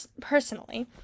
personally